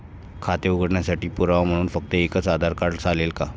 खाते उघडण्यासाठी पुरावा म्हणून फक्त एकच आधार कार्ड चालेल का?